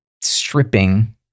stripping